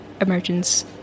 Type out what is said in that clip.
emergence